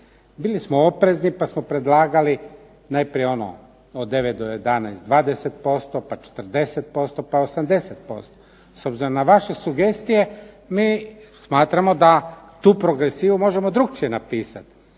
Bili smo oprezni pa smo predlagali najprije ono od 9 do 11 dvadeset posto, pa 40%, pa 80%. S obzirom na vaše sugestije mi smatramo da tu progresivu možemo drukčije napisati.